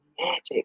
magic